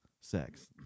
sex